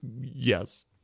yes